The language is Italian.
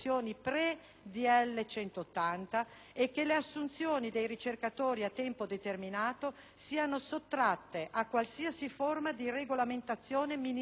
n. 180 e che le assunzioni dei ricercatori a tempo determinato siano sottratte a qualsiasi forma di regolamentazione ministeriale.